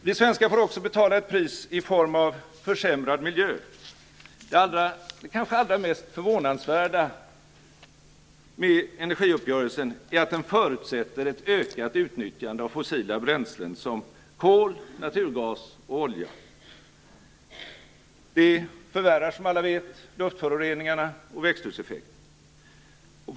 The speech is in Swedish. Vi svenskar får också betala ett pris i form av försämrad miljö. Det kanske allra mest förvånansvärda med energiuppgörelsen är att den förutsätter ett ökat utnyttjande av fossila bränslen som kol, naturgas och olja. Det förvärrar, som alla vet, luftföroreningarna och växthuseffekten.